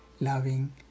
loving